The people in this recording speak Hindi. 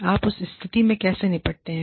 आप उस स्थिति से कैसे निपटेंगे